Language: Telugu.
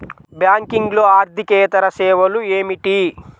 బ్యాంకింగ్లో అర్దికేతర సేవలు ఏమిటీ?